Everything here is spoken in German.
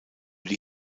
die